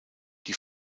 die